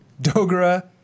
Dogra